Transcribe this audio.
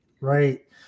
Right